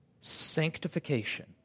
Sanctification